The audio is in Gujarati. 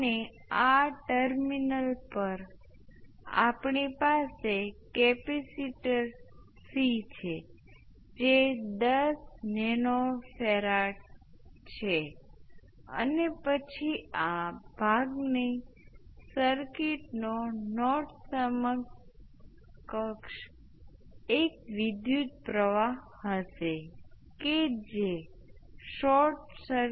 અને આ ફરીથી બનાવે છે કારણ કે જો તમારી પાસે એક સ્ટેપમાં પરિવર્તન અને ઇન્ડક્ટરમાંથી વહેતો વિદ્યુત પ્રવાહ હોય તો તમારી પાસે અનંત વધારે વોલ્ટેજ છે અને આ અવરોધ પર મર્યાદિત વોલ્ટેજ છે તેથી આપણે સર્કિટમાં જ્યારે કેપેસીટર નો વિદ્યુત પ્રવાહ અનંત હોય ત્યારે અવરોધ ના વિદ્યુત પ્રવાહ ને પહેલાની જેમ અવગણી શકીએ છીએ